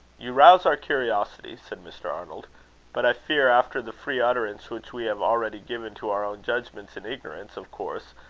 you rouse our curiosity, said mr. arnold but i fear, after the free utterance which we have already given to our own judgments, in ignorance, of course,